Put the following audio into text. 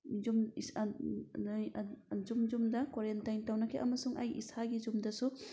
ꯌꯨꯝ ꯌꯨꯝ ꯌꯨꯝꯗ ꯀꯣꯔꯦꯟꯇꯥꯏꯟ ꯇꯧꯅꯈꯤ ꯑꯃꯁꯨꯡ ꯑꯩ ꯏꯁꯥꯒꯤ ꯌꯨꯝꯗꯁꯨ